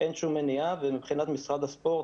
כך שמבחינת משרד הספורט